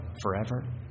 forever